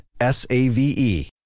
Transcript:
S-A-V-E